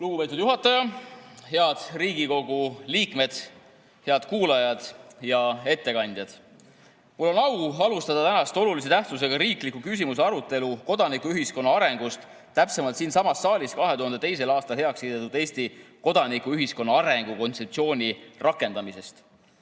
Lugupeetud juhataja! Head Riigikogu liikmed! Head kuulajad ja ettekandjad! Mul on au alustada tänast olulise tähtsusega riikliku küsimuse arutelu kodanikuühiskonna arengust, täpsemalt siinsamas saalis 2002. aastal heaks kiidetud Eesti kodanikuühiskonna arengu kontseptsiooni rakendamisest.